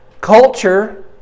culture